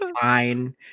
fine